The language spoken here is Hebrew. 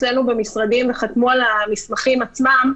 אצלנו במשרדים וחתמו על המסמכים עצמם,